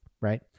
right